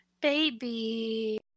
Baby